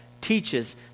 teaches